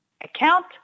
account